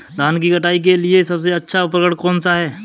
धान की कटाई के लिए सबसे अच्छा उपकरण कौन सा है?